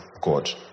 God